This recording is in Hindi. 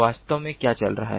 वास्तव में क्या चल रहा है